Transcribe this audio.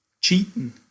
Cheating